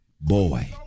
Boy